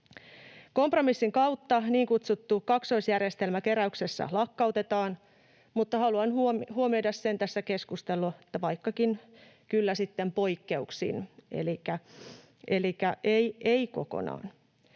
Kompromissin kautta niin kutsuttu kaksoisjärjestelmä keräyksessä lakkautetaan, mutta haluan huomioida sen tässä keskustelussa, että kyllä sitten poikkeuksin elikkä ei kokonaan.